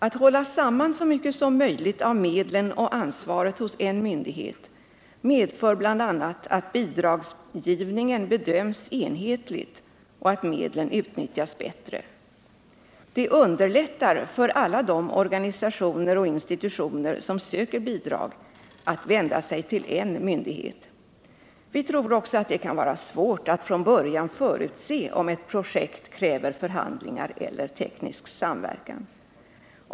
Att hålla samman så mycket som möjligt av medlen och ansvaret hos en myndighet medför bl.a. att bidragsgivningen bedöms enhetligt och att medlen utnyttjas bättre. Det underlättar också för alla de organisationer och institutioner som söker bidrag att vända sig till en myndighet. Vi tror dessutom att det kan vara svårt att från början förutse om ett projekt kräver förhandlingar eller teknisk samverkan.